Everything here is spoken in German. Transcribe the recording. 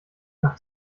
nach